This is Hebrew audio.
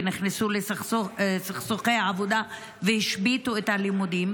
ונכנסו לסכסוכי עבודה והשביתו את הלימודים,